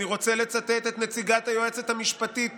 אני רוצה לצטט את נציגת היועצת המשפטית